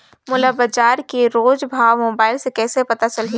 मोला बजार के रोज भाव मोबाइल मे कइसे पता चलही?